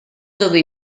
dove